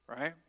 right